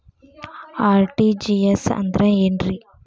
RTGS ಅಂದ್ರ ಏನ್ರಿ?